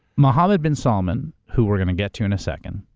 mohammed bin salman, who we're gonna get to in a second,